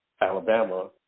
Alabama